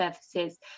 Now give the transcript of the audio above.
services